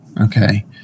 Okay